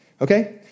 Okay